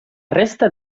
resta